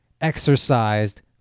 exercised